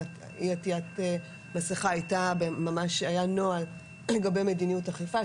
אי-עטית מסכה למשל והיה נוהל לגבי מדיניות אכיפה,